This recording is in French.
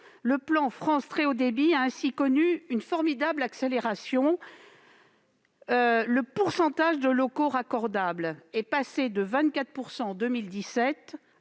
Le plan France Très haut débit a ainsi connu une formidable accélération, le pourcentage de locaux raccordables passant de 24 % en 2017